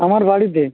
আমার বাড়িতে